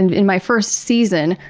and in my first season,